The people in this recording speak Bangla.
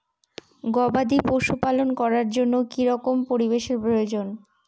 গবাদী পশু প্রতিপালন করার জন্য কি রকম পরিবেশের প্রয়োজন?